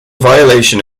violation